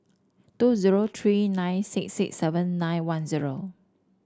two zero three nine six six seven nine one zero